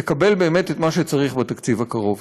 תקבל באמת את מה שצריך בתקציב הקרוב.